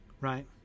right